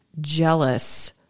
jealous